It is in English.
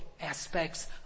aspects